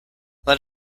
let